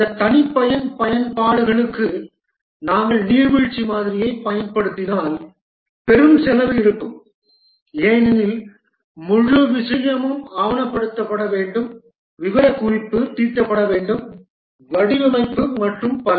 இந்த தனிப்பயன் பயன்பாடுகளுக்கு நாங்கள் நீர்வீழ்ச்சி மாதிரியைப் பயன்படுத்தினால் பெரும் செலவு இருக்கும் ஏனெனில் முழு விஷயமும் ஆவணப்படுத்தப்பட வேண்டும் விவரக்குறிப்பு தீட்டப்பட வேண்டும் வடிவமைப்பு மற்றும் பல